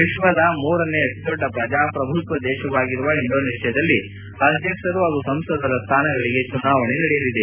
ವಿಶ್ವದ ಮೂರನೇ ಅತಿ ದೊಡ್ಡ ಶ್ರಜಾಪ್ರಭುತ್ವ ದೇಶವಾಗಿರುವ ಇಂಡೋನೇಷ್ಠಾದಲ್ಲಿ ಅಧ್ಯಕ್ಷರು ಹಾಗೂ ಸಂಸದರ ಸ್ಲಾನಗಳಿಗೆ ಚುನಾವಣೆ ನಡೆಯಲಿದೆ